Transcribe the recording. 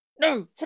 No